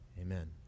Amen